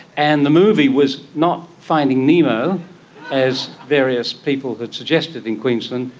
and the movie was not finding nemo as various people had suggested in queensland,